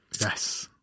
Yes